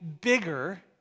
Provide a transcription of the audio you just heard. bigger